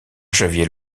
javier